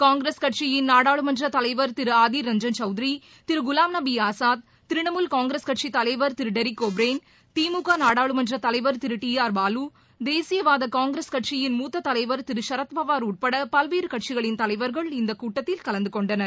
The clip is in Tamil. காங்கிரஸ் கட்சியின் நாடாளுமன்ற தலைவர் திரு ஆதிர் ரஞ்சன் சவுத்திரி திரு குலாம்நபி ஆஸாத் திரிணமுல் காங்கிரஸ் கட்சித் தலைவர் திரு டெரக் ஓபிரையன் திமுக நாடாளுமன்ற தலைவர் திரு டி ஆர் பாலு தேசிய மாநாடு கட்சியின் மூத்த தலைவர் திரு ஷரத்பவார் உட்பட பல்வேறு கட்சிகளின் தலைவர்கள் இந்தக் கூட்டத்தில் கலந்து கொண்டனர்